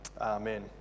amen